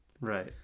Right